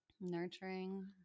Nurturing